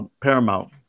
paramount